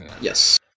yes